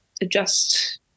adjust